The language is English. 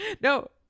No